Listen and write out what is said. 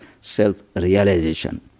self-realization